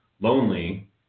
lonely